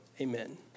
amen